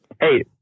Hey